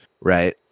right